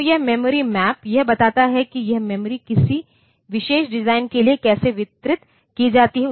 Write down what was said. तो यह memory map यह बताता है कि यह मेमोरी किसी विशेष डिज़ाइन के लिए कैसे वितरित की जाती है